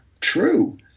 true